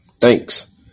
thanks